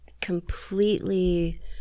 completely